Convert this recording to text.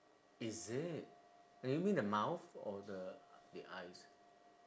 is it eh you mean the mouth or the the eyes